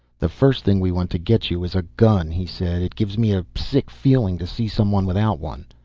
the first thing we want to get you is a gun, he said. it gives me a sick feeling to see someone without one.